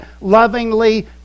lovingly